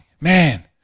man